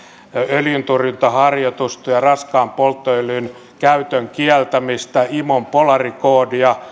öljyntorjuntaharjoitusta ja raskaan polttoöljyn käytön kieltämistä imon polaarikoodia